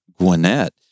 Gwinnett